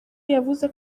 yavuze